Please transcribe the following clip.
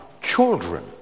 children